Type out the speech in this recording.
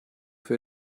für